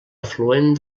afluent